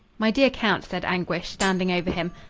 my dear count, said anguish, standing over him,